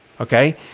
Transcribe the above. okay